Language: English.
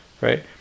Right